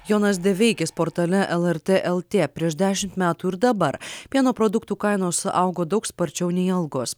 jonas deveikis portale lrt et tė prieš dešimt metų ir dabar pieno produktų kainos augo daug sparčiau nei algos